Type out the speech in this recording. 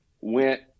went